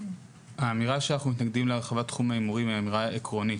האמירה שאנחנו מתנגדים להרחבת תחום ההימורים היא אמירה עקרונית.